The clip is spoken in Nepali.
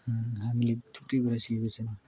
हामीले थुप्रै कुरा सिकेको छौँ